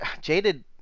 Jaded